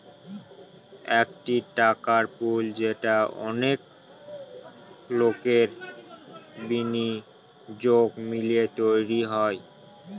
একটি টাকার পুল যেটা অনেক লোকের বিনিয়োগ মিলিয়ে তৈরী হয়